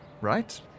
right